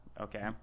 okay